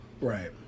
right